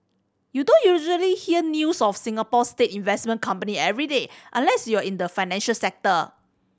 you don't usually hear news of Singapore's state investment company every day unless you're in the financial sector